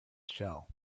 shell